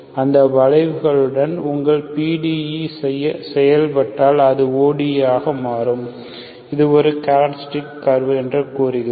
அந்த வளைவுகளுடன் உங்கள் PDE செயல்பட்டால் அது ODE ஆக மாறுகிறது அது ஒரு கேராக்டரிஸ்டிக் கர்வ் என்று நாம் கூறுகிறோம்